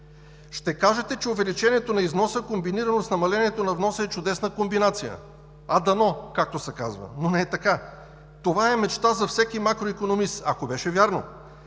Ще кажете, че увеличението на износа, комбинирано с намалението на вноса, е чудесна комбинация. А дано, както се казва, но не е така! Това е мечта за всеки макроикономист, ако беше вярно,